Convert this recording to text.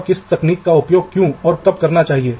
तो ग्रिड संरचना क्या कहती है